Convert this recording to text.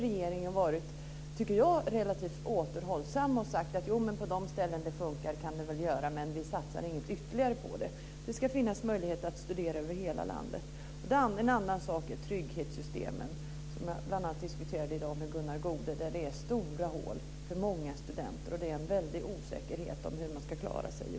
Regeringen har varit relativt återhållsam och sagt att det kan ske på de ställen utbildningen fungerar men att inget ytterligare ska satsas. Det ska finnas möjlighet att studera över hela landet. En annan sak är trygghetssystemen. Det har jag i dag diskuterat med bl.a. Gunnar Goude. Där finns det stora hål för många studenter. Det är en väldig osäkerhet för dem hur de ska klara sig.